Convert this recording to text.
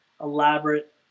elaborate